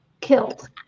killed